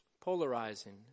polarizing